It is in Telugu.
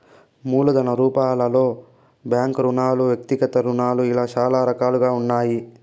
మూలధన రూపాలలో బ్యాంకు రుణాలు వ్యక్తిగత రుణాలు ఇలా చాలా రకాలుగా ఉన్నాయి